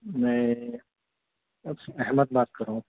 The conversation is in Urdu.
میں احمد بات کر رہا ہوں